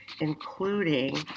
including